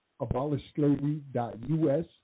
abolishslavery.us